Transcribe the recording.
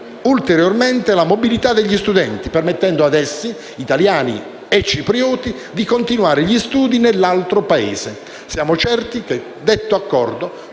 ulteriormente la mobilità degli studenti, permettendo ad essi, italiani e ciprioti, di continuare gli studi nell'altro Paese. Siamo certi che questo accordo